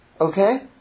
okay